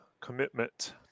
commitment